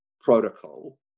protocol